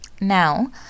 now